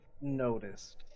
noticed